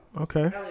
okay